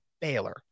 Baylor